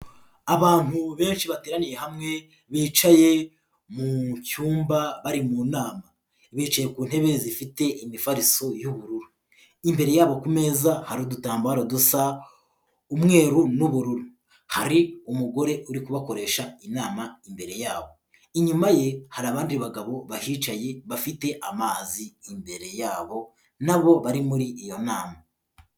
Abantu benshi bateraniye hamwe bicaye mu cyumba bari mu nama bicaye ku ntebe zifite imifariso y'ubururu imbere yabo ku meza hari udutambaro dusa umweru n'ubururu. Hari umugore uri kubakoresha inama imbere yabo inyuma ye hari abandi bagabo bahicaye bafite amazi imbere yabo nabo bari muri iyo nama.